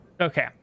okay